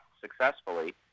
successfully